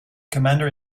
commander